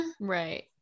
Right